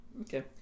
Okay